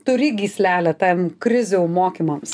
turi gyslelę tam krizių mokymams